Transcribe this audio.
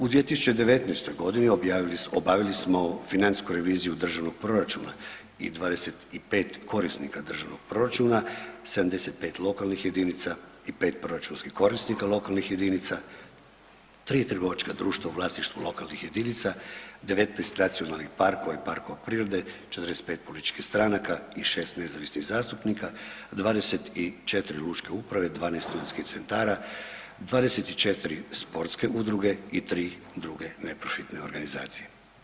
U 2019.g. objavili smo, obavili smo financijsku reviziju državnog proračuna i 25 korisnika državnog proračuna, 75 lokalnih jedinica i 5 proračunskih korisnika lokalnih jedinica, 3 trgovačka društva u vlasništvu lokalnih jedinica, 19 nacionalnih parkova i parkova prirode, 45 političkih stranaka i 16 nezavisnih zastupnika, 24 lučke uprave, 12 studentskih centara, 24 sportske udruge i 3 druge neprofitne organizacije.